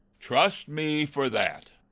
trust me for that.